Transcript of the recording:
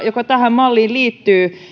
joka tähän malliin liittyy